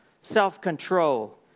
self-control